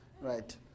right